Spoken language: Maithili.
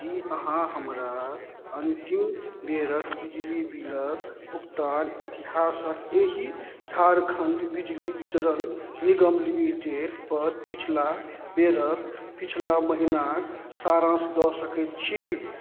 कि अहाँ हमरा अन्तिम बेरके बिजली बिलके भुगतान इतिहासके एहि झारखण्ड बिजली वितरण निगम लिमिटेडपर पछिला बेरके पछिला महिनाके सारान्श दऽ सकै छी